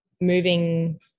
moving